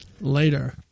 Later